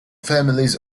families